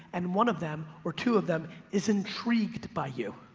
and one of them or two of them is intrigued by you.